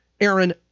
Aaron